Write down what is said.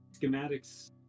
Schematics